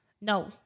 No